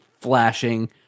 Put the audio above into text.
flashing